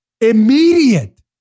immediate